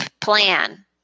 plan